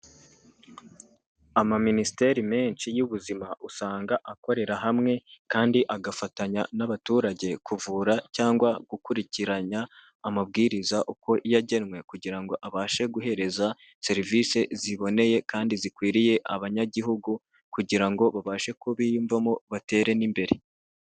Amaminisiteri menshi y'ubuzima usanga akorera hamwe kandi agafatanya n'abaturage kuvura cyangwa gukurikiranya amabwiriza uko yagenwe, kugira ngo abashe guhereza serivisi ziboneye kandi zikwiriye abanyagihugu, kugira ngo babashe kubiyumvamo batere n'imbere.